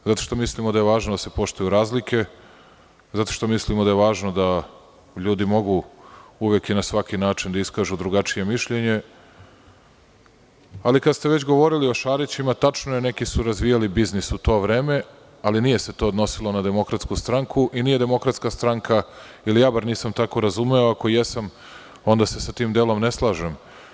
Zato što mislimo da je važno da se poštuju razlike, zato što mislimo da je važno da ljudi mogu uvek i na svaki način da iskažu drugačije mišljenje, ali kad ste već govorili o Šarićima, tačno je, neki su razvijali biznis u to vreme, ali nije se to odnosilo na DS i nije DS, ili ja bar nisam tako razumeo, ako jesam, onda se sa tim delom ne slažem.